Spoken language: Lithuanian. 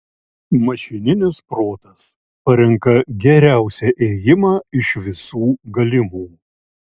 mašininis protas parenka geriausią ėjimą iš visų galimų